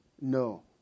No